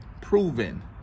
proven